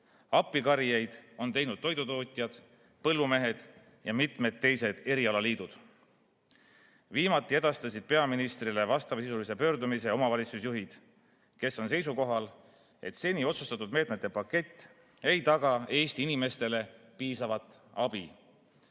Appikarjeid on teinud toidutootjad, põllumehed ja mitmed teised erialaliidud. Viimati edastasid peaministrile vastavasisulise pöördumise omavalitsusjuhid, kes on seisukohal, et seni otsustatud meetmete pakett ei taga Eesti inimestele piisavat abi